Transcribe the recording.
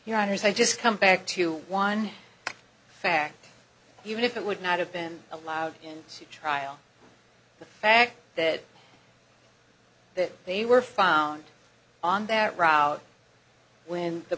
is i just come back to one fact even if it would not have been allowed in the trial the fact that that they were found on that route when the